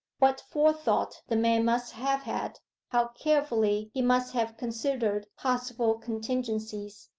what forethought the man must have had how carefully he must have considered possible contingencies!